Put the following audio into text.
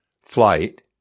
Flight